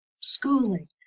schooling